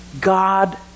God